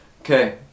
Okay